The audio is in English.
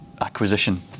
acquisition